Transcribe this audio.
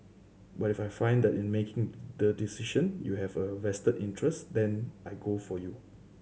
but if I find that in making the decision you have a vested interest then I go for you